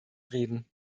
reden